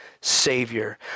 savior